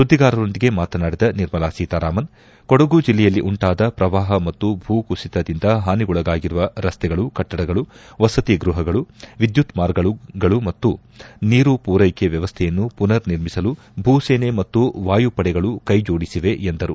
ಸುದ್ಗಿಗಾರರೊಂದಿಗೆ ಮಾತನಾಡಿದ ನಿರ್ಮಲಾ ಸೀತಾರಾಮನ್ ಕೊಡಗು ಜೆಲ್ಲೆಯಲ್ಲಿ ಉಂಟಾದ ಪ್ರವಾಹ ಮತ್ತು ಭೂಕುಸಿತದಿಂದ ಹಾನಿಗೊಳಗಾಗಿರುವ ರಸ್ತೆಗಳು ಕಟ್ಟಡಗಳು ವಸತಿ ಗೃಹಗಳು ವಿದ್ಯುತ್ ಮಾರ್ಗಗಳು ಮತ್ತು ನೀರು ಪೂರ್ನೆಕೆ ವ್ಯವಸ್ಥೆಯನ್ನು ಪುನರ್ ನಿರ್ಮಿಸಲು ಭೂಸೇನೆ ಮತ್ತು ವಾಯುಪಡೆಗಳು ಕೈಜೋಡಿಸಿವೆ ಎಂದರು